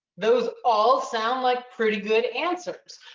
those all sound like pretty good answers.